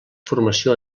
formació